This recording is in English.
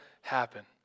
happen